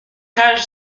cage